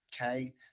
Okay